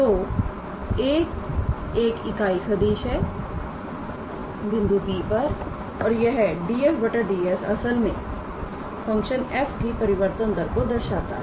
तो 𝑎̂ एक इकाई सदिश है बिंदु P पर और यह 𝑑𝑓𝑑𝑠 असल में फंक्शन f की परिवर्तन दर को दर्शाता है